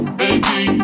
baby